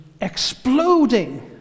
exploding